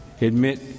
admit